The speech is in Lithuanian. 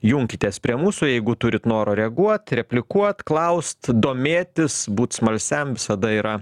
junkitės prie mūsų jeigu turit noro reaguot replikuot klaust domėtis būt smalsiam visada yra